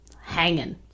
hanging